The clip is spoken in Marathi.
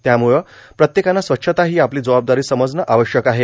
त्यामुळे प्रत्येकाने स्वच्छता हो आपलों जबाबदारों समजणे आवश्यक आहे